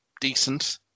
decent